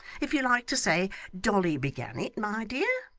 if you like to say dolly began it, my dear,